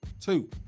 Two